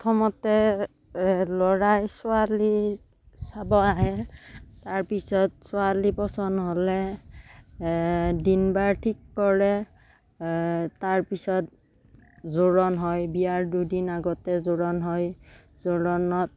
প্ৰথমতে ল'ৰাই ছোৱালীক চাব আহে তাৰ পিছত ছোৱালী পচন্দ হ'লে দিন বাৰ ঠিক কৰে তাৰ পিছত জোৰণ হয় বিয়াৰ দুদিন আগতে জোৰণ হয় জোৰণত